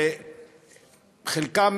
חלקם,